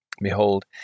Behold